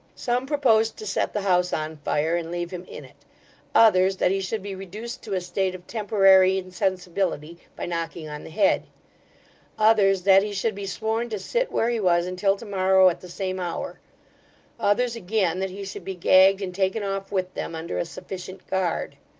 some proposed to set the house on fire and leave him in it others, that he should be reduced to a state of temporary insensibility, by knocking on the head others, that he should be sworn to sit where he was until to-morrow at the same hour others again, that he should be gagged and taken off with them, under a sufficient guard.